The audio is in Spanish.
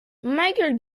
michael